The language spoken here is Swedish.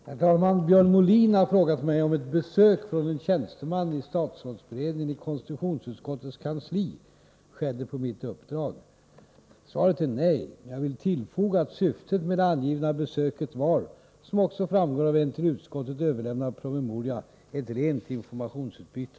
Herr talman! Björn Molin har frågat mig, om ett besök från en tjänsteman i statsrådsberedningen i konstitutionsutskottets kansli skedde på mitt uppdrag. Svaret är nej. Jag vill tillfoga att syftet med det angivna besöket var, som också framgår av en till utskottet överlämnad promemoria, ett rent informationsutbyte.